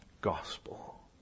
gospel